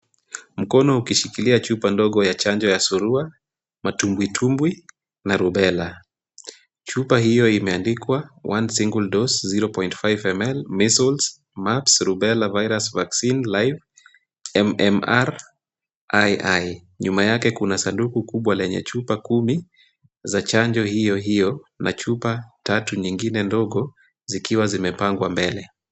Mkono ukishikilia chupa ndogo ya chanjo ya surua, matumbwitumbwi na rubela. Chupa hiyo imeandikwa one single dose 0.5 ml measles, mumps, rubella virus vaccine live MMRII. Nyuma yake kuna sanduku kubwa lenye chupa kumi za chanjo hiyo hiyo na chupa tatu nyingine ndogo zikiwa zimepangwa mbele.